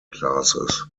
classes